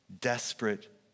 desperate